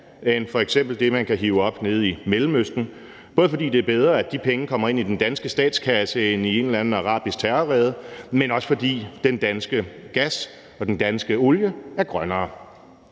end f.eks. det, man kan hive op nede i Mellemøsten, både fordi det er bedre, at de penge kommer ind i den danske statskasse end i en eller anden arabisk terrorrede, men også fordi den danske gas og den danske olie er grønnere.